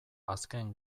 azken